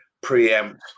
preempt